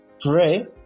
Pray